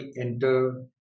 enter